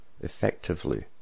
Effectively